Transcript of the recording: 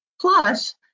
Plus